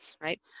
right